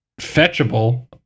fetchable